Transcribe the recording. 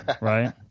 right